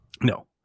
No